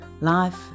life